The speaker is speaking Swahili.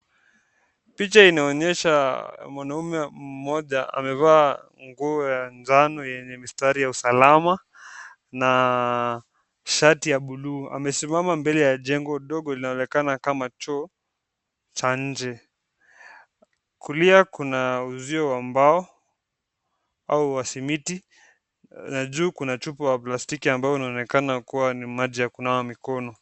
Picha inaonyesha mwanaume mmoja amevaa nguo ya njano yenye mistari ya usalama na shati ya blue . Amasimama mbele ya jengo dogo linaonekana kama choo cha nje. Kulia kuna uzio wa mbao au wasimiti na juu kuna chupa ya plastiki ambayo inaonekana kuwa ni maji ya kunawa mikono.